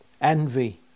envy